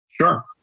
Sure